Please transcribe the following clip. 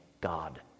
God